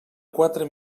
quatre